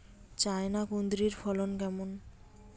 China কুঁদরীর ফলন কেমন?